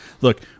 Look